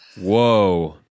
Whoa